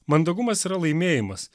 mandagumas yra laimėjimas